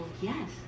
yes